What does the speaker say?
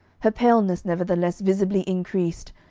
her paleness, nevertheless, visibly increased,